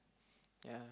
yeah